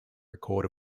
record